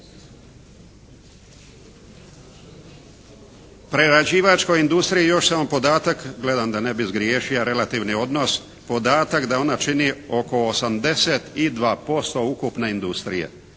prerađivačkoj industriji još samo podatak, gledam da ne bi zgriješio relativni odnos, podatak da ona čini oko 82% ukupne industrije.